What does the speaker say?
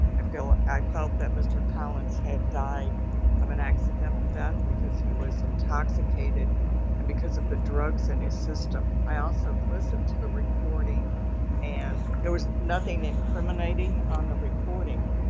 i felt i felt that mr collins had died of an accidental death because he was intoxicated and because of the drugs in and his system. i also listened to the recording and there was nothing incriminating on the recording,